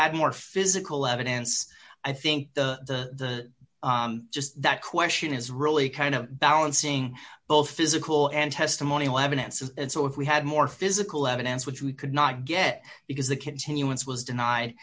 had more physical evidence i think the just that question is really kind of balancing both physical and testimonial evidence and so if we had more physical evidence which we could not get because the continuance was denied